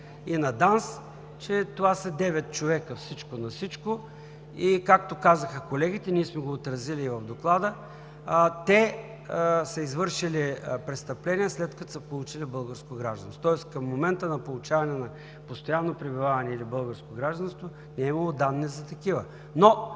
на всичко това са 9 човека и, както казаха колегите, ние сме го отразили в Доклада – те са извършили престъпления, след като са получили българско гражданство, тоест към момента на получаване на постоянно пребиваване или българско гражданство не е имало данни за такива.